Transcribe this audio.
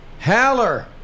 Haller